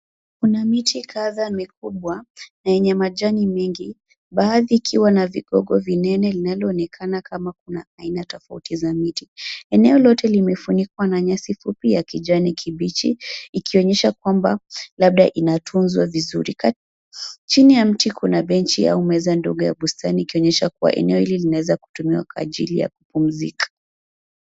Kuna miti kadha mikubwa na yenye majani mengi. Baadhi ikiwa na vigogo vinene linaloonekana kama kuna aina tofauti za miti. Eneo lote limefunikwa na nyasi fupi ya kijani kibichi ikionyesha kwamba labda inatunzwa vizuri. Kati chini ya mti kuna benchi au meza ndogo ya bustani ikionyesha kuwa eneo hili linaweza kutumiwa kwa ajili ya kupumzika.